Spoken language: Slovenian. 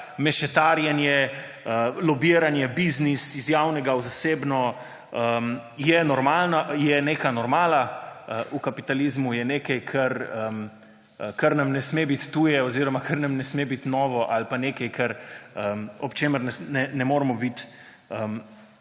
mešetarjenje, lobiranje, biznis iz javnega v zasebno je neka normala, v kapitalizmu je nekaj, kar nam ne sme biti tuje oziroma kar nam ne sme biti novo, ali pa nekaj, ob čemer ne moremo biti